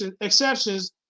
exceptions